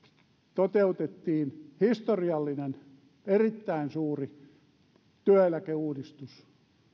toteutettiin historiallinen erittäin suuri työeläkeuudistus